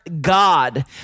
God